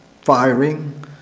firing